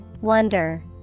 Wonder